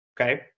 okay